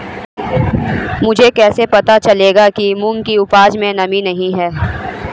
मुझे कैसे पता चलेगा कि मूंग की उपज में नमी नहीं है?